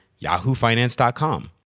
yahoofinance.com